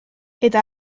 eta